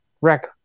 wreck